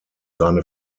seine